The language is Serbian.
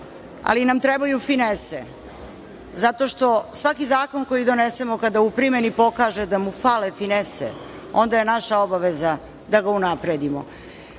ali nam trebaju finese zato što svaki zakon koji donesemo kada u primeni pokaže da mu fale finese, onda je naša obaveza da ga unapredimo. Radovaću